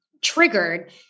triggered